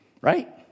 Right